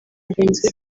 bagenzi